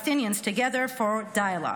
Palestinians together for dialogue.